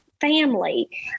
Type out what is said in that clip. family